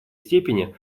степени